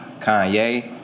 Kanye